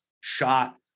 shot